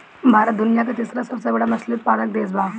भारत दुनिया का तीसरा सबसे बड़ा मछली उत्पादक देश बा